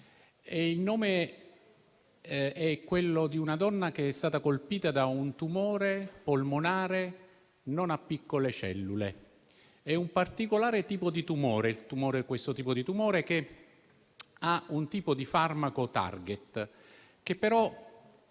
il nome di una donna che è stata colpita da un tumore polmonare non a piccole cellule. È un particolare tipo di tumore, che ha un tipo di farmaco *target* che però